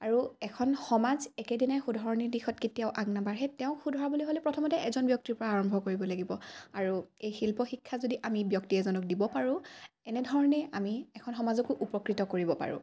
আৰু এখন সমাজ একেদিনাই সোধৰণিৰ দিশত কেতিয়াও আগ নাবাঢ়ে তেওঁক সোধৰাবলৈ হ'লে প্ৰথমতে এজন ব্যক্তিৰ পৰা আৰম্ভ কৰিব লাগিব আৰু এই শিল্পশিক্ষা যদি আমি ব্যক্তি এজনক দিব পাৰোঁ এনেধৰণেই আমি এখন সমাজকো উপকৃত কৰিব পাৰোঁ